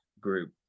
group